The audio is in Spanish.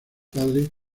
padre